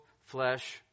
flesh